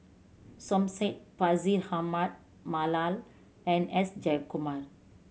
Som Said Bashir Ahmad Mallal and S Jayakumar